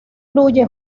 fluye